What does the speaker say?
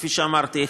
כפי שאמרתי,